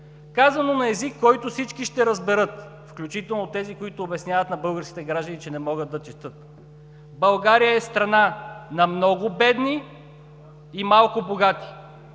Казано на език, който всички ще разберат, включително тези, които обясняват на българските граждани, че не могат да четат, България е страна на много бедни и малко богати.